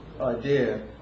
idea